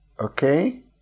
Okay